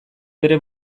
bere